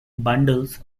bundles